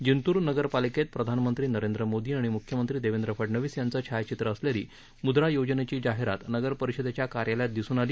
जिंतूर नगरपालिकेत प्रधानमंत्री नरेंद्र मोदी आणि मुख्यमंत्री देवेंद्र फडनवीस यांचं छायाचित्र असलेली मुद्रा योजनेची जाहिरात नगर परिषदेच्या कार्यालयात दिसून आली